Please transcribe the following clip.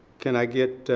can i get?